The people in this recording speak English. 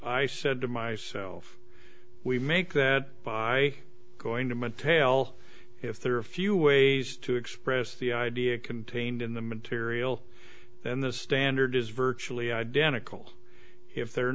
i said to myself we make that by going to mattel if there are a few ways to express the idea contained in the material then the standard is virtually identical if there are